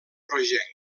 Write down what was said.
rogenc